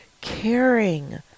caring